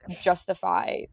justify